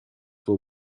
will